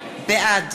בעד